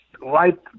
right